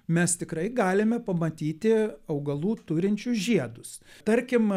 mes tikrai galime pamatyti augalų turinčius žiedus tarkim